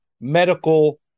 medical